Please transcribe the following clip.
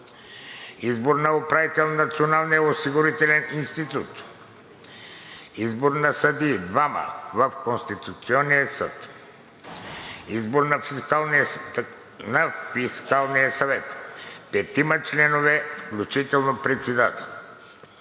Избор на управител на Националния осигурителен институт. Избор на съдии – двама, в Конституционния съд. Избор на Фискалния съвет – петима членове, включително председател.